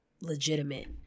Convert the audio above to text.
legitimate